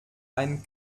ein